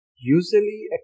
usually